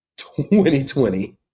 2020